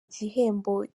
igihembo